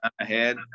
ahead